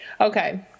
Okay